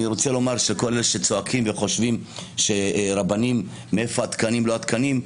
כל אלה שצועקים מאיפה התקנים לרבנים,